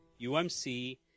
UMC